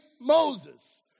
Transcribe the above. Moses